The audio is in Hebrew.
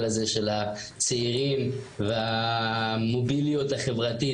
הזה של הצעירים והמוביליות החברתית,